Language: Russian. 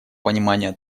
понимания